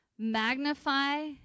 Magnify